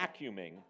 vacuuming